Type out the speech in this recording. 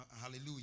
Hallelujah